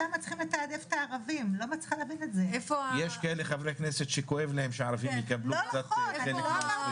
יש לנו כאן נציג ממשרד הפנים?